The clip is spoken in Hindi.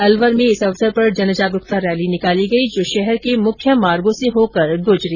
अलवर में इस अवसर पर जन जागरूकता रैली निकाली गई जो शहर के मुख्य मार्गो से होकर गुजरी